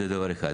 זה דבר אחד.